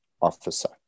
officer